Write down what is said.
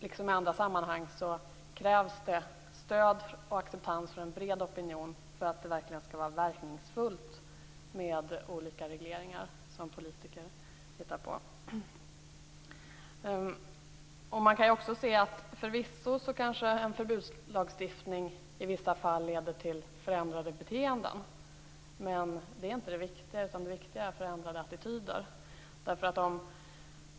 Liksom i andra sammanhang krävs det stöd och acceptans från en bred opinion för att de olika regleringar som politiker hittar på verkligen skall vara verkningsfulla. En förbudslagstiftning leder kanske i vissa fall till förändrade beteenden, men det är inte det viktiga. Det viktiga är förändrade attityder.